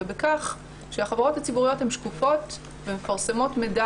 ובכך שהחברות הציבוריות הן שקופות ומפרסמות מידע